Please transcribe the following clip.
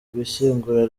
gushyingura